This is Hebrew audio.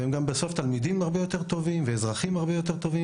בסוף הם גם תלמידים הרבה יותר טובים ואזרחים הרבה יותר טובים,